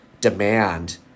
demand